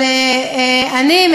אבל אני,